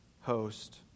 host